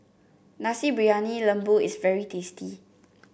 Nasi Briyani Lembu is very tasty